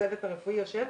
הצוות הרפואי יושב